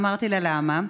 אמרתי לה: למה?